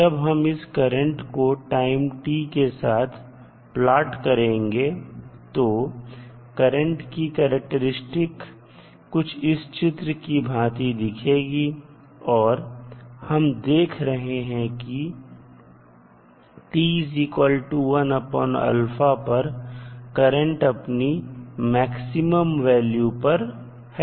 जब हम इस करंट को टाइम t के साथ प्लॉट करेंगे तो करंट की करैक्टेरिस्टिक्स कुछ इस चित्र की भांति दिखेगी और हम देख रहे हैं कि t 1α पर करंट अपनी मैक्सिमम वैल्यू पर है